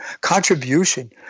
contribution